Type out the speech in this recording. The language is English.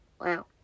Wow